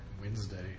Wednesday